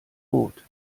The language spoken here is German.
rot